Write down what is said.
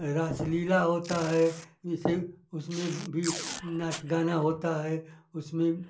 रास लीला होता है उसमें भी नाच गाना होता है उसमें